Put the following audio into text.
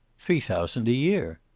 three thousand a year.